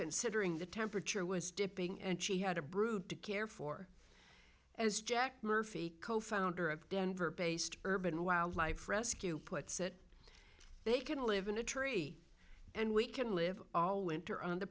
considering the temperature was dipping and she had a brood to care for as jack murphy co founder of denver based urban wildlife rescue puts it they can live in a tree and we can live all winter on the